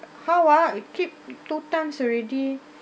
how ah it keep two times already